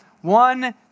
One